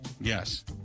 Yes